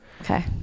Okay